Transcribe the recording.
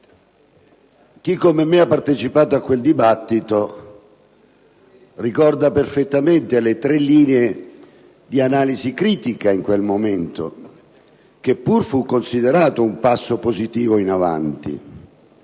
Chi, come me, ha partecipato a quel dibattito ricorda perfettamente le tre linee di analisi critica in quel momento, che pure fu considerato un passo positivo in avanti.